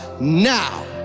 now